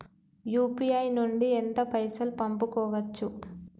UPI నుండి ఎంత పైసల్ పంపుకోవచ్చు?